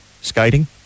Skating